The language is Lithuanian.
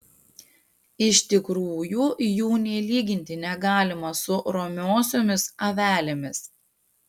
iš tikrųjų jų nė lyginti negalima su romiosiomis avelėmis